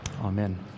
Amen